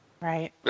Right